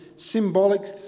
Symbolic